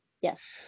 Yes